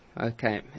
okay